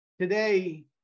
Today